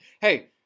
Hey